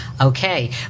Okay